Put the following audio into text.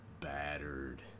Battered